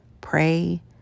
pray